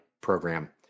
program